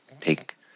take